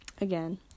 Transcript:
again